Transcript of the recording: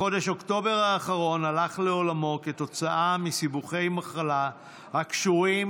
בחודש אוקטובר האחרון הלך לעולמו כתוצאה מסיבוכי מחלה הקשורים